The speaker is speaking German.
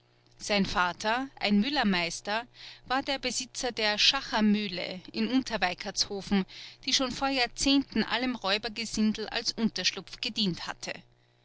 sein vater ein müllermeister war der besitzer der schachermühle in unterweikertshofen die schon vor jahrzehnten allem räubergesindel als unterschlupf gedient hatte